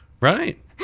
Right